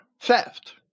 theft